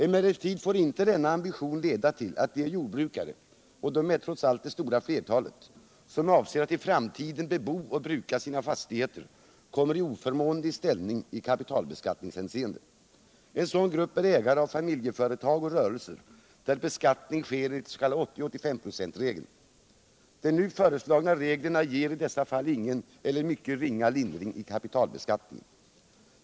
Emellertid får inte denna ambition leda till att de jordbrukare — och de är trots allt det stora flertalet — som avser att i framtiden bebo och bruka sina fastigheter kommer i en oförmånlig ställning i kapitalbeskattningshänseende. En sådan grupp är de ägare av familjeföretag och rörelser där beskattning sker enligt den s.k. 80/85-procentsregeln. De nu föreslagna reglerna ger i dessa fall ingen eller endast mycket ringa lindring i kapitalbeskattningen.